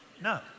No